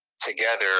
together